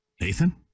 Nathan